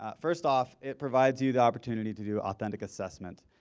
ah first off, it provides you the opportunity to do authentic assessment.